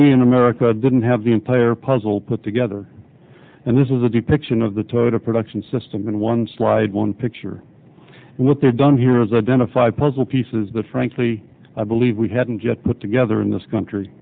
we in america didn't have the in player puzzle put together and this is a depiction of the total production system going one slide one picture and what they're done here is identify puzzle pieces that frankly i believe we hadn't yet put together in this country